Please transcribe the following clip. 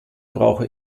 brauche